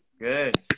Good